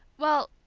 well,